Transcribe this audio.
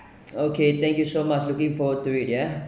okay thank you so much looking forward to it yeah